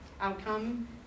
outcome